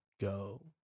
go